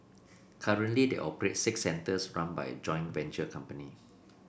currently they operate six centres run by a joint venture company